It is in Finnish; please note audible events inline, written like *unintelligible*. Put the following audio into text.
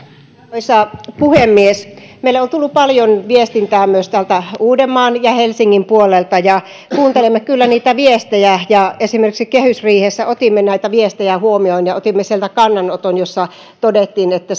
arvoisa puhemies meille on tullut paljon viestintää myös täältä uudenmaan ja helsingin puolelta kuuntelemme kyllä niitä viestejä ja esimerkiksi kehysriihessä otimme näitä viestejä huomioon ja otimme sieltä huomioon kannanoton jossa todettiin että *unintelligible*